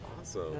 awesome